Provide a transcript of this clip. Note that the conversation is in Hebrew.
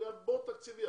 בגלל בור תקציבי.